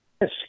Yes